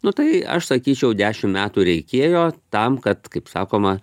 nu tai aš sakyčiau dešimt metų reikėjo tam kad kaip sakoma